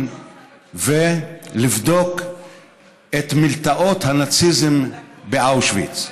ולבדוק את מלתעות הנאציזם באושוויץ.